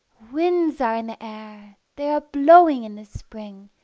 winds are in the air, they are blowing in the spring,